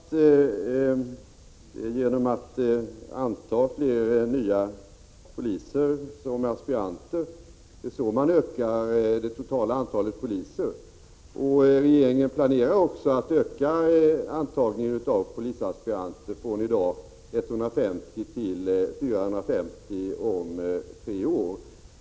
Herr talman! Naturligtvis är det genom att anta fler nya polisaspiranter som man ökar det totala antalet poliser. Regeringen planerar också att öka antagningen av polisaspiranter från i dag 150 till 450 om tre år.